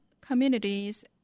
communities